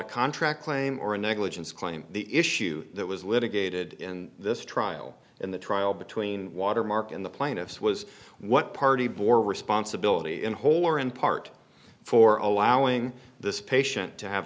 a contract claim or a negligence claim the issue that was litigated in this trial in the trial between watermark and the plaintiff's was what party bore responsibility in whole or in part for allowing this patient to have